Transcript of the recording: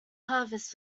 harvest